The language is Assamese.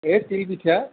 এ তিল পিঠা